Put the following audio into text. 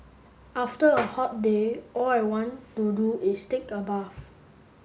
after a hot day all I want to do is take a bath